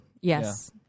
Yes